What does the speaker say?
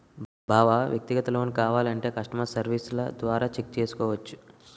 బావా వ్యక్తిగత లోన్ కావాలంటే కష్టమర్ సెర్వీస్ల ద్వారా చెక్ చేసుకోవచ్చు